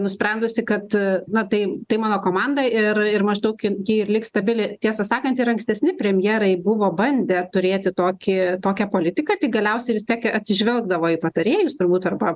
nusprendusi kad na tai tai mano komanda ir ir maždaug in ji ir liks stabili tiesą sakant ir ankstesni premjerai buvo bandę turėti tokį tokią politiką tik galiausiai vis tiek jie atsižvelgdavo į patarėjus turbūt arba